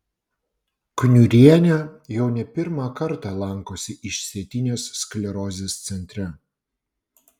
kniurienė jau ne pirmą kartą lankosi išsėtinės sklerozės centre